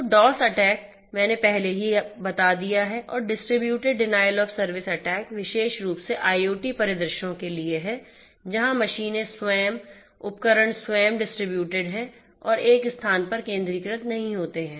तो DoS attack मैंने आपको पहले ही बता दिया है और distributed denial of service attack विशेष रूप से IoT परिदृश्यों के लिए है जहां मशीनें स्वयं उपकरण स्वयं डिस्ट्रिब्यूटेड हैं और एक स्थान पर केंद्रीकृत नहीं होते हैं